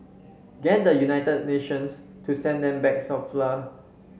get the United Nations to send them bags of flour